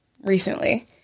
recently